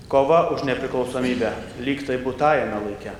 kova už nepriklausomybę lyg būtajame laike